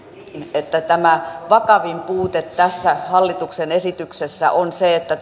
että tämä vakavin puute tässä hallituksen esityksessä on se että